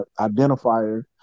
identifier